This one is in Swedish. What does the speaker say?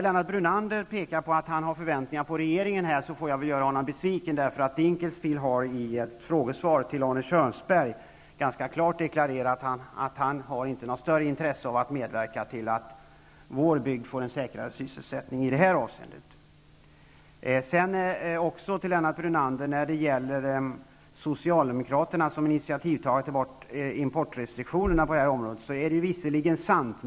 Lennart Brunander säger att han har förväntningar på regeringen. I ett frågesvar till Arne Kjörnsberg har emellertid Ulf Dinkelspiel ganska klart deklarerat att han inte har något större intresse av att medverka till att vår bygd får en säkrare sysselsättningen i det här avseendet. Att Socialdemokraterna var initiativtagare till att ta bort importrestriktionerna på det här området, Lennart Brunander, är visserligen sant.